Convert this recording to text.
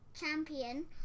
Champion